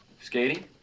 Skating